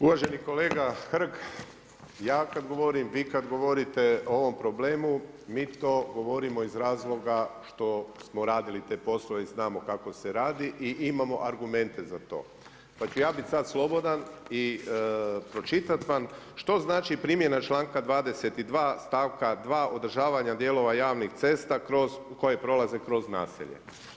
Uvaženi kolega Hrg, ja kad govorim, vi kad govorite o ovom problemu mi to govorimo iz razloga što smo radili te poslove i znamo kako se radi i imamo argumente za to, pa ću ja bit sad slobodan i pročitat vam što znači primjena članka 22. stavka 2. održavanja dijelova javnih cesta kroz, koja prolaze kroz naselje.